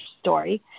story